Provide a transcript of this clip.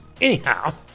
Anyhow